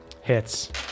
Hits